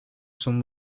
some